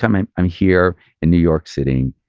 um i'm i'm here in new york, sitting,